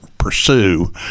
pursue